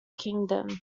kingdom